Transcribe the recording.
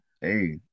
Hey